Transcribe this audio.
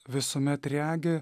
visuomet regi